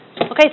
okay